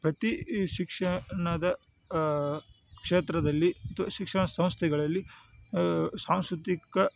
ಪ್ರತೀ ಶಿಕ್ಷಣದ ಕ್ಷೇತ್ರದಲ್ಲಿ ಮತ್ತು ಶಿಕ್ಷಣ ಸಂಸ್ಥೆಗಳಲ್ಲಿ ಸಾಂಸ್ಕೃತಿಕ